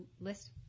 list